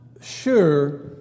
sure